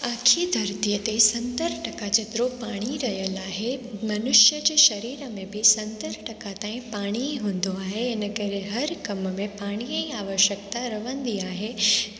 अखी धरतीअ ते सतर टका जेतिरो पाणी रहियलु आहे मनुष्य जे शरीर में बि सतर टका ताईं पाणी ई हूंदो आहे हिन करे हर कम में पाणीअ जी आवश्यकता रहंदी आहे